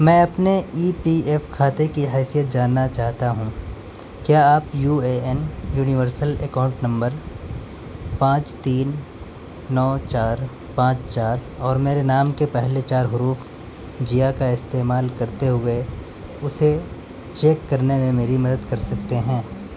میں اپنے E P F کھاتے کی حیثیت جاننا چاہتا ہوں کیا آپ U A N universal account number پانچ تین نو چار پانچ چار اور میرے نام کے پہلے چار حروف جیا کا استعمال کرتے ہوئے اسے چیک کرنے میں میری مدد کر سکتے ہیں